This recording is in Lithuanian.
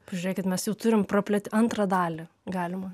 pažiūrėkit mes jau turim praplėt antrą dalį galima